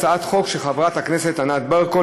הצעת חוק של חברת הכנסת ענת ברקו,